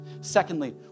Secondly